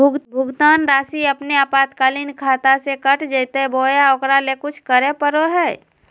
भुक्तान रासि अपने आपातकालीन खाता से कट जैतैय बोया ओकरा ले कुछ करे परो है?